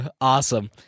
Awesome